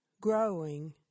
growing